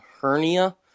hernia